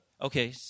Okay